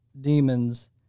demons